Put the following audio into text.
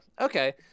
Okay